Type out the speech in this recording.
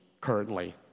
currently